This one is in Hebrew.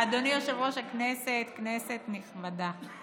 אדוני יושב-ראש הישיבה, כנסת נכבדה,